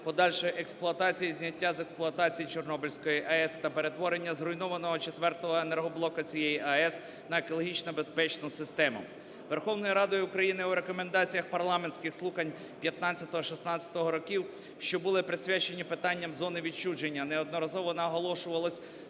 подальшої експлуатації і зняття з експлуатації Чорнобильської АЕС та перетворення зруйнованого четвертого енергоблока цієї АЕС на екологічно безпечну систему". Верховною Радою України у рекомендаціях парламентських слухань 2015-2016 років, що були присвячені питанням зони відчуження, неодноразово наголошувалось